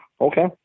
Okay